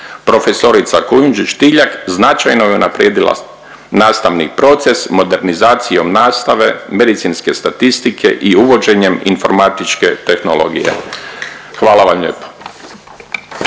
Profesorica Kujunžić Tiljak značajno je unaprijedila nastavni proces modernizacijom nastave, medicinske statistike i uvođenjem informatičke tehnologije. Hvala vam lijepa.